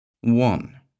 One